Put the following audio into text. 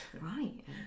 Right